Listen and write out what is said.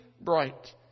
bright